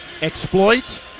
exploit